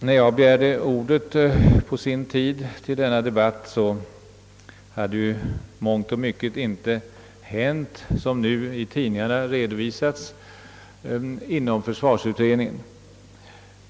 När jag på sin tid begärde ordet i denna debatt hade ju mångt och mycket inte hänt, som nu i tidningarna redovisats från försvarsutredningen.